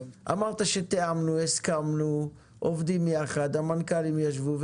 אמרת: תיאמנו, הסכמנו, עובדים יחד, המנכ"לים ישבו.